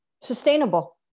Sustainable